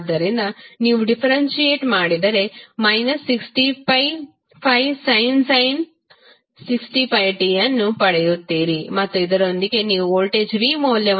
ಆದ್ದರಿಂದ ನೀವು ಡಿಫರೆನ್ಸಏಟ್ ಮಾಡಿದರೆ 60π5sin 60πt ಅನ್ನು ಪಡೆಯುತ್ತೀರಿ ಮತ್ತು ಇದರೊಂದಿಗೆ ನೀವು ವೋಲ್ಟೇಜ್ v ಮೌಲ್ಯವನ್ನು 900πsin 60πt ಎಂದು ಪಡೆಯುತ್ತೀರಿ